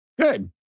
Good